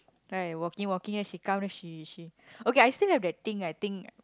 right walking walking then she comes then she she okay I still have that thing right thing